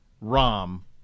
Rom